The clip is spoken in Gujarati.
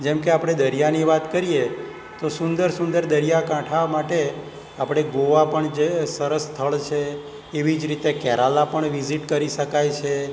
જેમ કે આપણે દરિયાની વાત કરીએ તો સુંદર સુંદર દરિયાકાંઠા માટે આપણે ગોવા પણ જે સરસ સ્થળ છે એવી જ રીતે કેરાલા પણ વિઝિટ કરી શકાય છે